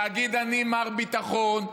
להגיד: אני מר ביטחון?